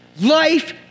Life